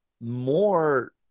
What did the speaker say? more